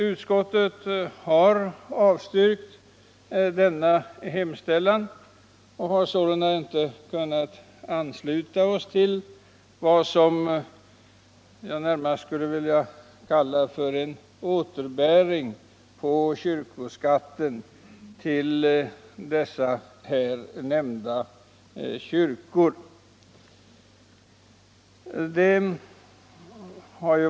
Utskottet har avstyrkt detta yrkande, eftersom vi inte kunnat ansluta oss till tanken på vad jag närmast skulle vilja kalla en återbäring på kyrkoskatten till de nämnda kyrkorna.